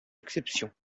exceptions